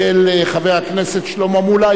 של חבר הכנסת שלמה מולה,